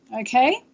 okay